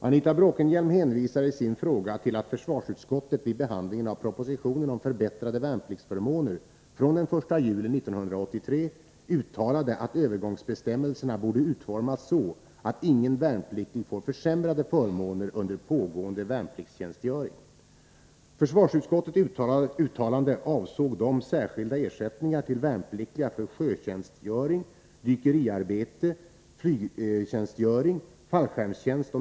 Anita Bråkenhielm hänvisar i sin fråga till att försvarsutskottet vid behandlingen av propositionen om förbättrade värnpliktsförmåner från den 1 juli 1983, uttalade att övergångsbestämmelserna borde utformas så, att ingen värnpliktig får försämrade förmåner under pågående värnpliktstjänstgöring.